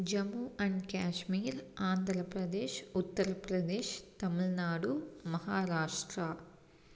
Jammu and Kashmir Andhra Pradesh Uttar Pradesh Tamil Nadu Maharashtra